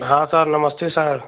हाँ सर नमस्ते सर